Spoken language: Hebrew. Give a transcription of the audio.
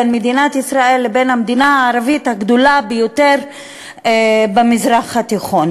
בין מדינת ישראל לבין המדינה הערבית הגדולה ביותר במזרח התיכון.